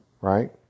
right